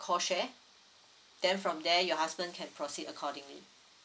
call share then from there your husband can proceed accordingly